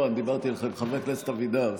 לא, לא, אני דיברתי על חבר הכנסת אבידר.